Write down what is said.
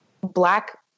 black